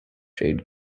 jade